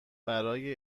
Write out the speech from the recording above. برای